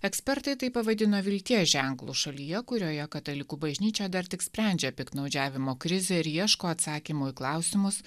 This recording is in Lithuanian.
ekspertai tai pavadino vilties ženklu šalyje kurioje katalikų bažnyčia dar tik sprendžia piktnaudžiavimo krizę ir ieško atsakymų į klausimus